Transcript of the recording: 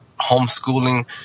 homeschooling